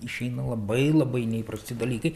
išeina labai labai neįprasti dalykai